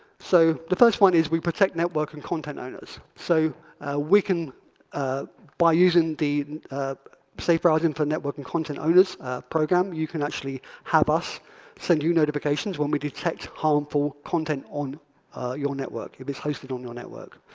so the first one is we protect network and content owners. so we can by using the safe browsing for network and content owners program, you can actually have us send you notifications when we detect harmful content on your network if it's hosted on your network.